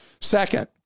Second